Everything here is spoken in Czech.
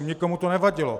Nikomu to nevadilo.